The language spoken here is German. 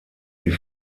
die